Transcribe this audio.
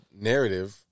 narrative